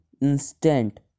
instant